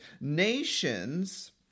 Nations